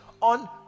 on